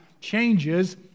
changes